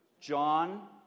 John